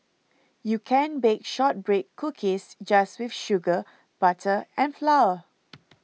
you can bake Shortbread Cookies just with sugar butter and flour